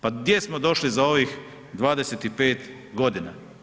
Pa gdje smo došli za ovih 25 godina?